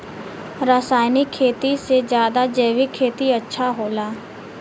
रासायनिक खेती से ज्यादा जैविक खेती अच्छा होला